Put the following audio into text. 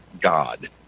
God